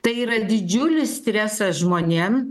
tai yra didžiulis stresas žmonėm